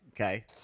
okay